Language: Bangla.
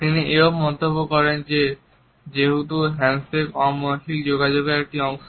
তিনি এও মন্তব্য করেন যে যেহেতু হ্যান্ডশেক অমৌখিক যোগাযোগের একটি অংশ